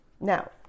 now